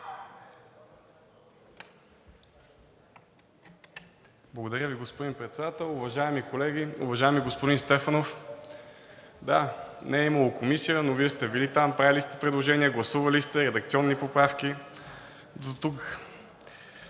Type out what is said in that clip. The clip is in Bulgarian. Благодаря Ви, господин Председател. Уважаеми колеги! Уважаеми господин Стефанов, да, не е имало Комисия, но Вие сте били там, правили сте предложения, гласували сте редакционни поправки. Дотук…